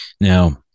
Now